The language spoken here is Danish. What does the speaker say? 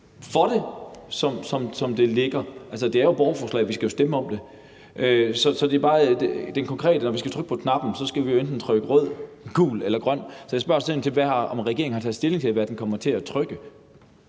for det, som det ligger. Altså, det er jo et borgerforslag, og vi skal stemme om det, så det er bare i forhold til det konkrete. Når vi skal trykke på knappen, skal vi jo enten trykke rød, gul eller grøn, så jeg spørger ind til, om regeringen har taget stilling til, hvad den kommer til at trykke.